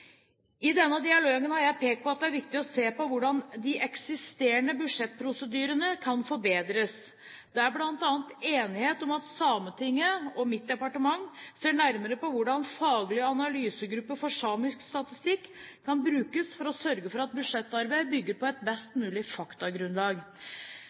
I denne dialogen har jeg pekt på at det er viktig å se på hvordan de eksisterende budsjettprosedyrene kan forbedres. Det er bl.a. enighet om at Sametinget og mitt departement ser nærmere på hvordan Faglig analysegruppe for samisk statistikk kan brukes for å sørge for at budsjettarbeid bygger på et